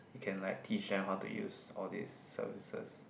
you can like teach them how to use all these services